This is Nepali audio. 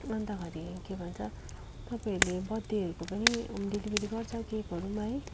अन्तखेरि के भन्छ तपाईँहरूले बर्थडेहरूको पनि होम डेलिभेरी गर्छ केकहरू पनि है